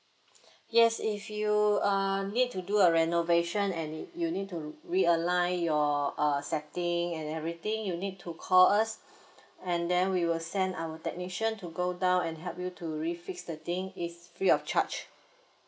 yes if you uh need to do a renovation and need you need to re align your uh setting and everything you need to call us and then we will send our technician to go down and help you to re fix the thing it's free of charge